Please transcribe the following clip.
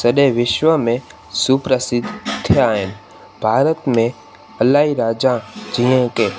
सॼे विश्व में सुप्रसिद्ध थिया आहिनि भारत में इलाही राजा जीअं कि